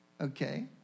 Okay